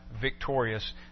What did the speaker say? victorious